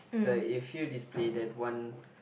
so if you display that one